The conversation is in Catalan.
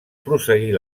prosseguir